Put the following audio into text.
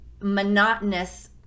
monotonous